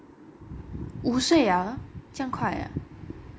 五岁了了这样快